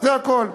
זה הכול.